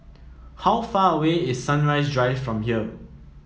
how far away is Sunrise Drive from here